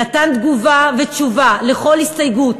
נתן תגובה ותשובה על כל הסתייגות,